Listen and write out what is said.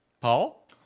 Paul